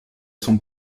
son